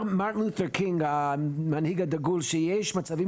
מרטין לותר קינג המנהיג הדגול אמר שיש מצבים